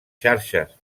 xarxes